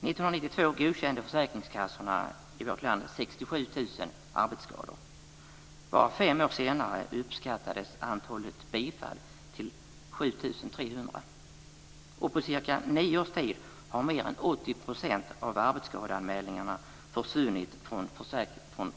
1992 godkände försäkringskassorna i vårt land 67 000 arbetsskador. Bara fem år senare uppskattades antalet bifall till 7 300. På cirka nio års tid har mer än 80 % av arbetsskadeanmälningarna försvunnit från